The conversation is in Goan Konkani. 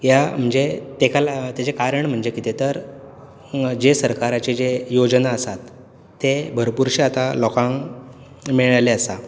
ह्या म्हणजे ताका ला ताजें कारण म्हणजे कितें तर जे सरकाराचे जे योजना आसात ते भरपुरशे आतां लोकांक मेळेले आसा